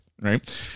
right